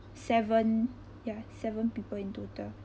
seven ya seven people in total